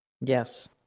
yes